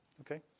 Okay